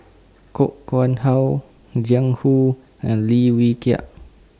Koh Nguang How Jiang Hu and Lim Wee Kiak